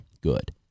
Good